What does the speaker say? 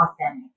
authentic